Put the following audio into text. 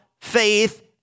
faith